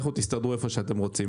לכו תסתדרו היכן שאתם רוצים.